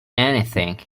anything